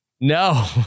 No